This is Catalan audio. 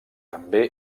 també